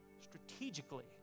strategically